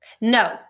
No